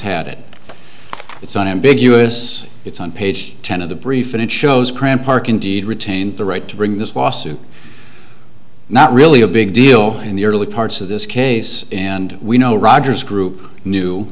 had it it's an ambiguous it's on page ten of the brief and it shows cram park indeed retain the right to bring this lawsuit not really a big deal in the early parts of this case and we know roger's group knew